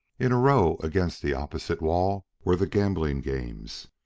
in a row, against the opposite wall, were the gambling games.